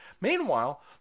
Meanwhile